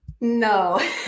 No